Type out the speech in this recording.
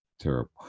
terrible